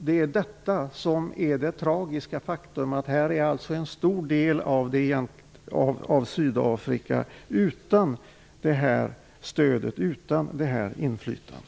Det är ett tragiskt faktum att en stor del av Sydafrika är utan stöd och inflytande.